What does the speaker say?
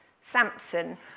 Samson